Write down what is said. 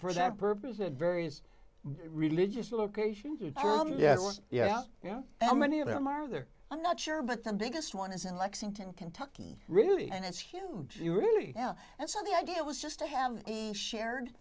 for that purpose at various religious location yeah yeah yeah how many of them are there i'm not sure but the biggest one is in lexington kentucky really and it's huge you really yeah and so the idea was just to have shared